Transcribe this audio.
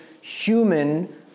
human